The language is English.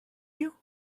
you